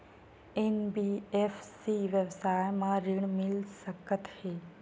NBFC व्यवसाय मा ऋण मिल सकत हे